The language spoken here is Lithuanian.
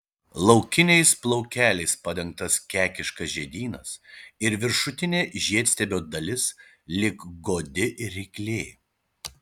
liaukiniais plaukeliais padengtas kekiškas žiedynas ir viršutinė žiedstiebio dalis lyg godi ryklė